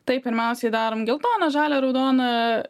tai pirmiausiai darom geltoną žalią raudoną